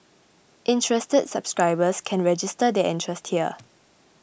interested subscribers can register their interest here